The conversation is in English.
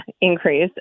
increase